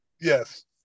Yes